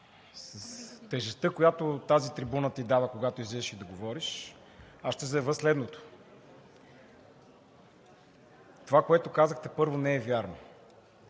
тежестта, която тази трибуна Ви дава, когато излизате да говорите, аз ще заявя следното. Това, което казахте, първо, не е вярно.